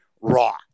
raw